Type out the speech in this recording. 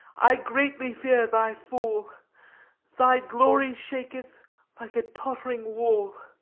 i greatly fear thy fall thy glory shaketh like a tottering wall.